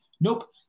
nope